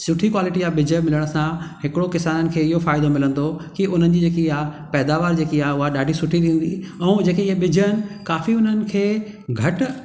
सुठी क्वालिटी जा बिज मिलण सां हिकिड़ो किसान खे इहो फ़ाइदो मिलंदो की हुन जी जेकी आहे पैदावार जेकी आहे उहा ॾाढी सुठी थींदी ऐं जेके हीअं बिज आहिनि काफ़ी हुननि खे घटि